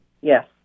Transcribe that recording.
Yes